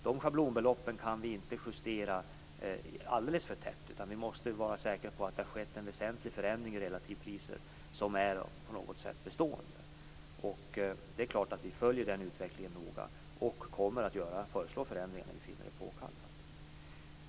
De schablonbeloppen kan vi inte justera för tätt, utan vi måste vara säkra på att det har skett en väsentlig förändring i relativpriser som är bestående. Vi följer självfallet den utvecklingen noga, och vi kommer att föreslå förändringar när vi finner det påkallat.